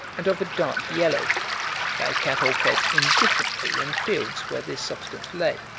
and of a dark yellow that cattle fed indifferently in fields where this substance lay.